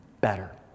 better